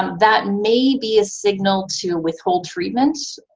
that may be a signal to withhold treatment,